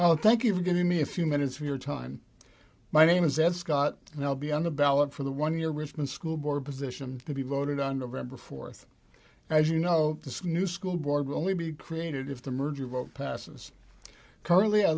oh thank you for giving me a few minutes of your time my name is ed scott and i'll be on the ballot for the one year richmond school board position to be voted on november fourth as you know this new school board will only be created if the merger vote passes currently i